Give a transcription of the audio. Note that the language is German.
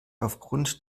aufgrund